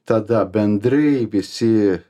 tada bendrai visi